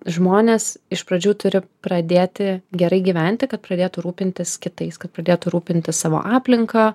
žmonės iš pradžių turi pradėti gerai gyventi kad pradėtų rūpintis kitais kad pradėtų rūpintis savo aplinka